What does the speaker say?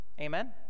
Amen